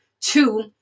two